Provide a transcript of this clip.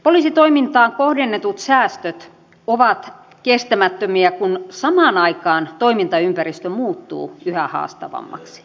poliisitoimintaan kohdennetut säästöt ovat kestämättömiä kun samaan aikaan toimintaympäristö muuttuu yhä haastavammaksi